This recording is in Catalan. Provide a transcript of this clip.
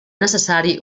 necessari